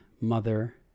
mother